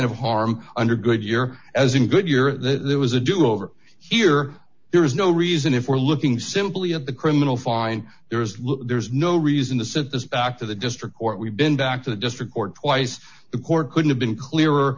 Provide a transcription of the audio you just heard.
of harm under goodyear as in goodyear there was a do over here there is no reason if we're looking simply at the criminal fine there is look there's no reason to set this back to the district court we've been back to the district court twice the court could have been clearer